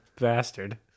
bastard